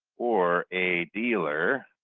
or a dealer.